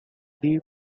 deer